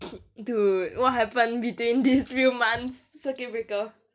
dude what happen between these few months circuit breaker